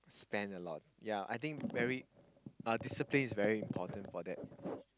spend a lot ya I think very uh discipline is very important for that